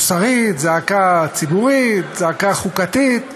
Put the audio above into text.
מוסרית, זעקה ציבורית, זעקה חוקתית,